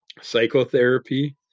psychotherapy